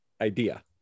idea